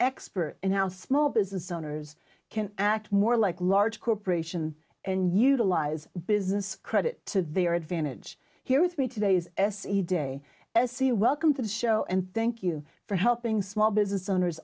expert in how small business owners can act more like large corporation and utilize business credit to their advantage here with me today is se de se welcome to the show and thank you for helping small business owners